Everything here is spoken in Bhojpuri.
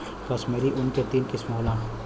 कश्मीरी ऊन के तीन किसम होला